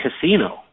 casino